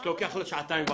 ולוקח לה שעתיים וחצי.